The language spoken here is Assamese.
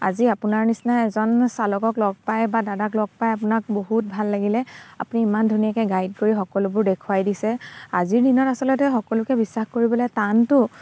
আজি আপোনাৰ নিচিনা এজন চালকক লগ পাই বা দাদাক লগ পাই আপোনাক বহুত ভাল লাগিলে আপুনি ইমান ধুনীয়াকৈ গাইড কৰি সকলোবোৰ দেখুৱাই দিছে আজিৰ দিনত আচলতে সকলোকে বিশ্বাস কৰিবলৈ টানতো